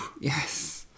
Yes